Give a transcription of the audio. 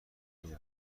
نمی